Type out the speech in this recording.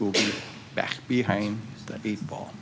be back behind the eight ball